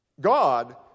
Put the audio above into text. God